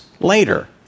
Later